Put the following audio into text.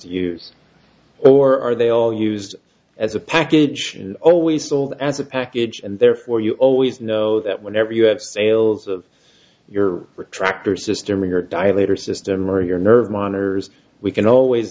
use or are they all used as a package and always sold as a package and therefore you always know that whenever you have sales of your retractors history or die later system or your nerve monitors we can always